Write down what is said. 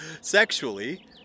sexually